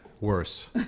Worse